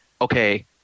okay